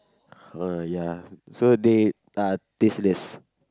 !huh! ya so they are tasteless